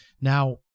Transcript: Now